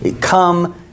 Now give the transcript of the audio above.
Come